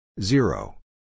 Zero